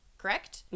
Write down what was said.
Correct